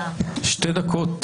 הישיבה